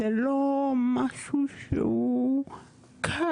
זה לא משהו שהוא קל.